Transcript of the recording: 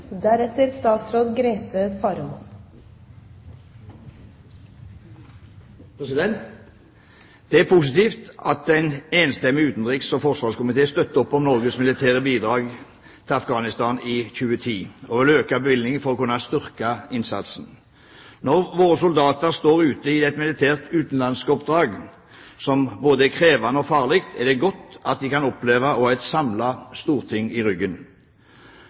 positivt at en enstemmig utenriks- og forsvarskomité støtter opp om Norges militære bidrag til Afghanistan i 2010 og vil øke bevilgningen for å kunne styrke innsatsen. Når våre soldater står ute i et militært utenlandsoppdrag som både er krevende og farlig, er det godt at de kan oppleve å ha et samlet storting i ryggen.